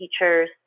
teachers